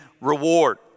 reward